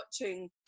watching